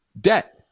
debt